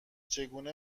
چگونه